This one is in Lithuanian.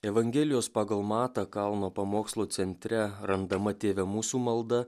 evangelijos pagal matą kalno pamokslo centre randama tėve mūsų malda